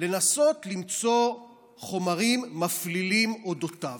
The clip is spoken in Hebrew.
לנסות למצוא חומרים מפלילים אודותיו.